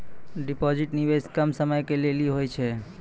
Deposit निवेश कम समय के लेली होय छै?